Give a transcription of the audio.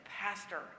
pastor